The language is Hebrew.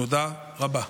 תודה רבה.